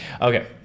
Okay